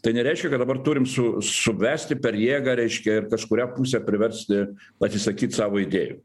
tai nereiškia kad dabar turim su suvesti per jėgą reiškia kažkurią pusę priversti atsisakyt savo idėjų